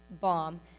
bomb